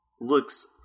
looks